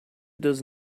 does